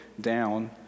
down